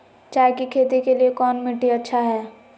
चाय की खेती के लिए कौन मिट्टी अच्छा हाय?